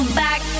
back